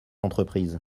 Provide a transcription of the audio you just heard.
entreprise